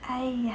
!aiya!